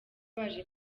baje